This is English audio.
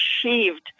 achieved